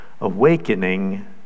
Awakening